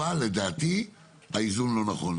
אבל לדעתי האיזון לא נכון.